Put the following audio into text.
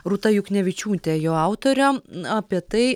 rūta juknevičiūtė jo autorė apie tai